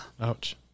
Ouch